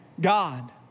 God